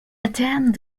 attended